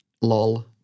lol